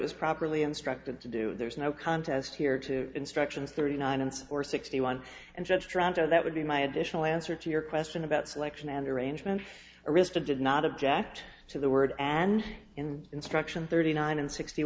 was properly instructed to do there's no contest here to instructions thirty nine and or sixty one and just rondo that would be my additional answer to your question about selection and arrangements arista did not object to the word and in instructions thirty nine and sixty